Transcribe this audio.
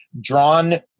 drawn